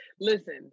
Listen